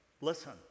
listen